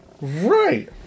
Right